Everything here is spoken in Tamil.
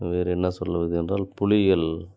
வேறு என்ன சொல்லுவது என்றால் புளிகள்